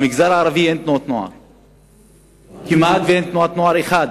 במגזר הערבי אין כמעט תנועת נוער אחת.